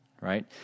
right